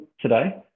today